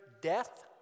death